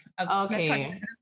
okay